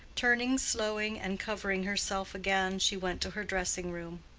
turning slowly and covering herself again, she went to her dressing-room.